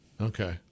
okay